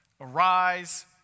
Arise